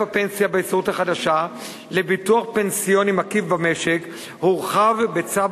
הפנסיה בהסתדרות החדשה לביטוח פנסיוני מקיף במשק הורחב בצו